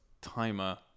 timer